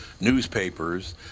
newspapers